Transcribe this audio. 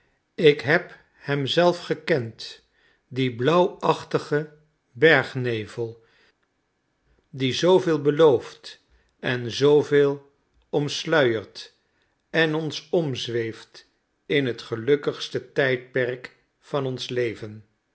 ik heb hem zelf gekend dien blauwachtigen bergnevel die zooveel belooft en zooveel omsluiert en ons omzweeft in het gelukkigste tijdperk van ons leven